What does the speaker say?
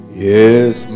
yes